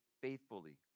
faithfully